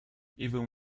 even